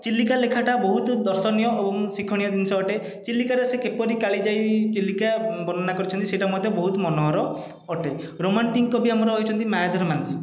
ଚିଲିକା ଲେଖାଟା ବହୁତ ଦର୍ଶନୀୟ ଏବଂ ଶିକ୍ଷଣୀୟ ଜିନିଷ ଅଟେ ଚିଲିକାରେ ସେ କିପରି କାଳିଜାଇ ଚିଲିକା ବର୍ଣ୍ଣନା କରିଛନ୍ତି ସେଇଟା ମଧ୍ୟ ବହୁତ ମନୋହର ଅଟେ ରୋମାଣ୍ଟିକ କବି ଆମର ରହିଛନ୍ତି ମାୟାଧର ମାନ ସିଂ